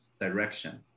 direction